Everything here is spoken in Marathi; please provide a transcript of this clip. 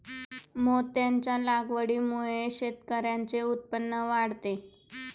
मोत्यांच्या लागवडीमुळे शेतकऱ्यांचे उत्पन्न वाढते